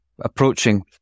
approaching